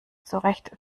zurecht